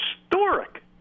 historic